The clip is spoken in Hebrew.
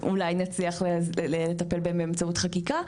אולי נצליח לטפל בהם באמצעות חקיקה.